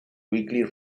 quickly